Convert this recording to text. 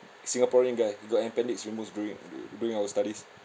singaporean guy got appendix removed during during our studies